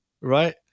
right